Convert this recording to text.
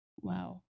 Wow